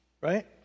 right